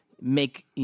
make